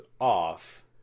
off